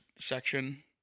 section